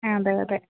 അതെ അതെ